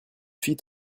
fille